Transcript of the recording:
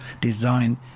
design